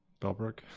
Bellbrook